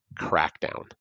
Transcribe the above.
crackdown